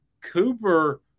Cooper